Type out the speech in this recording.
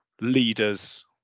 leaders